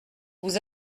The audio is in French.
vous